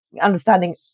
understanding